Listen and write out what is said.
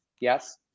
yes